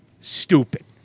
Stupid